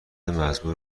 مزبور